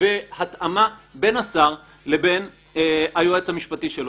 והתאמה בין השר לבין היועץ המשפטי שלו.